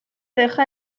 deja